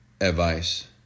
advice